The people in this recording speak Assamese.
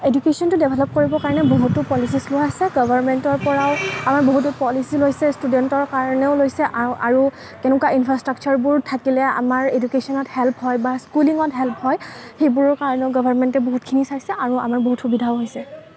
এডুকেশ্বনটো ডেভেলপ কৰিবৰ কাৰণে বহুতো পলিচীচ লোৱা আছে গভৰ্ণমেণ্টৰ পৰাও আমাৰ বহুতো পলিচী লৈছে ষ্টুডেণ্টৰ কাৰণেও লৈছে আৰু কেনেকুৱা ইনফাচট্ৰাকচাৰবোৰ থাকিলে আমাৰ এডুকেশ্বনত হেল্প হয় বা স্কুলিঙত হেল্প হয় সেইবোৰৰ কাৰণেও গভৰ্ণমেণ্টে বহুতখিনি চাইছে আৰু আমাৰ বহুত সুবিধাও হৈছে